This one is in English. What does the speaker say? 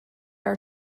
are